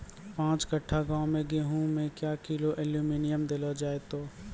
पाँच कट्ठा गांव मे गेहूँ मे क्या किलो एल्मुनियम देले जाय तो?